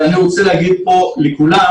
ואני רוצה להגיד פה לכולם: